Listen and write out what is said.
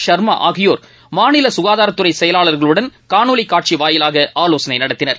ஷர்மா ஆகியோர் மாநில சுகாதாரத்துறை செயலாளர்களுடன் காணொலி காட்சி வாயிலாக ஆலோசனை நடத்தினர்